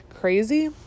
crazy